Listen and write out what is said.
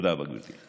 תודה רבה, גברתי.